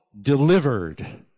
Delivered